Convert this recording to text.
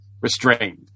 restrained